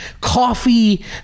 Coffee